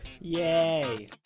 Yay